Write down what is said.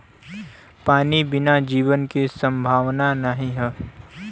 पानी बिना जीवन के संभावना नाही हौ